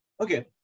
Okay